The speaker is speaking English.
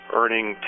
earning